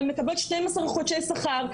הן מקבלות שניים עשר חודשי שכר,